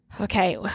Okay